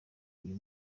uyu